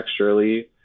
texturally